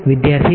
વિદ્યાર્થી i